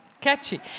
Catchy